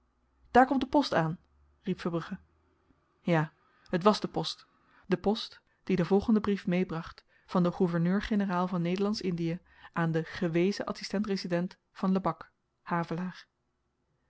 daar komt de post aan riep verbrugge ja t was de post de post die den volgenden brief meebracht van den gouverneur-generaal van nederlandsch indie aan den gewezen adsistentresident van lebak havelaar